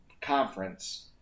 conference